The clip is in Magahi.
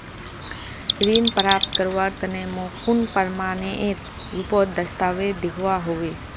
ऋण प्राप्त करवार तने मोक कुन प्रमाणएर रुपोत दस्तावेज दिखवा होबे?